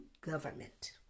government